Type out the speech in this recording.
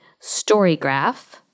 Storygraph